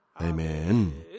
Amen